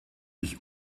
ich